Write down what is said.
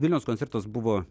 vilniaus koncertas buvo